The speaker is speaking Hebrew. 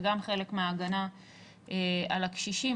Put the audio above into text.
זה גם חלק מההגנה על הקשישים,